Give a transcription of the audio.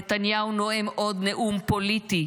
נתניהו נואם עוד נאום פוליטי,